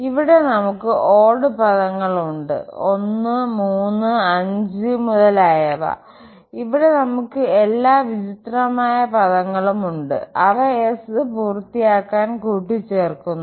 ഇവിടെ നമുക്ക് ഓഡ്ഡ് പാദങ്ങൾ ഉണ്ട്135 മുതലായവ ഇവിടെ നമുക് എല്ലാ വിചിത്രമായ പദങ്ങളും ഉണ്ട് അവ S പൂർത്തിയാക്കാൻ കൂട്ടിച്ചേർക്കുന്നു